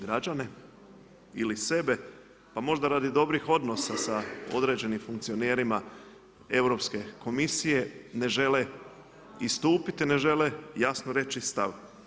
Građane ili sebe, pa možda radi dobrih odnosa sa određenim funkcionerima Europske komisije ne žele istupiti, ne žele jasno reći stav.